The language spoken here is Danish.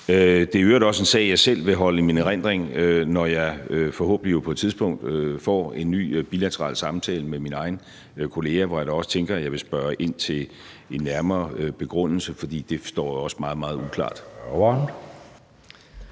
Det er i øvrigt også en sag, jeg selv vil holde i min erindring, når jeg jo forhåbentlig på et tidspunkt får en ny bilateral samtale med min egen kollega, hvor jeg da også tænker, at jeg vil jeg vil spørge ind til en nærmere begrundelse, fordi det også står meget, meget uklart.